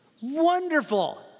wonderful